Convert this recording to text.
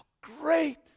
great